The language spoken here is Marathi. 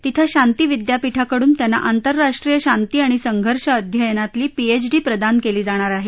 तिथं शांती विद्यापीठाकडून त्यांना आंतरराष्ट्रीय शांती आणि संघर्ष अध्ययनातली पीएचडी प्रदान केली जाणार आहे